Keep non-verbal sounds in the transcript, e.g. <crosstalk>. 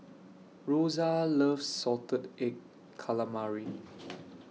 Rosa loves Salted Egg Calamari <noise>